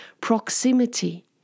proximity